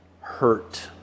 hurt